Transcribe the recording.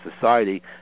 society